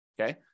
Okay